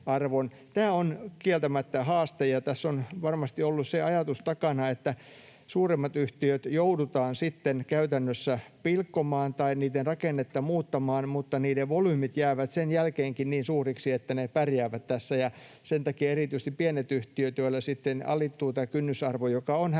Tämä on kieltämättä haaste. Tässä on varmasti ollut takana se ajatus, että suuremmat yhtiöt joudutaan sitten käytännössä pilkkomaan tai niiden rakennetta joudutaan muuttamaan mutta niiden volyymit jäävät sen jälkeenkin niin suuriksi, että ne pärjäävät tässä. Sen takia erityisesti pienet yhtiöt, joilla sitten alittuu tämä kynnysarvo, joka on hämmästyttävän